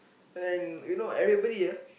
and then you know everybody ah